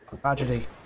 Tragedy